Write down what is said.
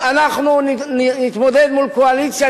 אני רוצה לומר משפט יותר עקרוני.